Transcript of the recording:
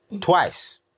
twice